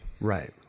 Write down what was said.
right